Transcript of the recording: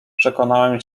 przekonałem